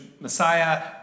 Messiah